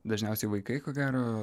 dažniausiai vaikai ko gero